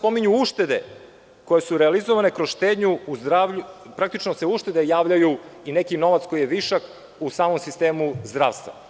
Pominju se uštede koje su realizovane kroz štednju u zdravlju, praktično se uštede javljaju i neki novac koji je višak u samom sistemu zdravstva.